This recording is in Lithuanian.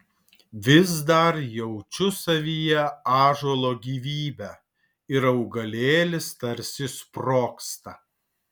vis dar jaučiu savyje ąžuolo gyvybę ir augalėlis tarsi sprogsta